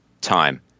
Time